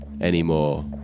anymore